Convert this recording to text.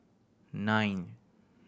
nine